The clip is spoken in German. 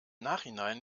nachhinein